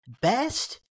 best